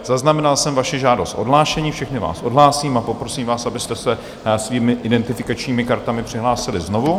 Zaznamenal jsem vaši žádost o odhlášení, všechny vás odhlásím a poprosím vás, abyste se svými identifikačními kartami přihlásili znovu.